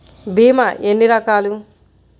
భీమ ఎన్ని రకాలు?